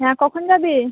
হ্যাঁ কখন যাবি